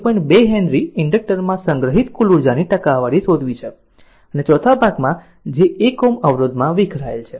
2 henry inductor માં સંગ્રહિત કુલ ઉર્જાની ટકાવારી શોધવી છે અને ચોથા ભાગમાં છે જે 1 Ω અવરોધમાં વિખરાયેલ છે